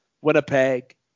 Winnipeg